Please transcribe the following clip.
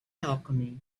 alchemy